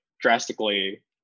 drastically